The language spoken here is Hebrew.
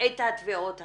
התביעות האלה?